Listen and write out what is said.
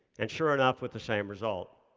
and sure enough, with the same result.